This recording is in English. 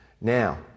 Now